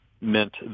meant